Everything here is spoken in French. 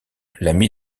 l’amie